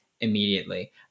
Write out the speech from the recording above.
immediately